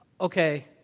okay